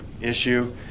issue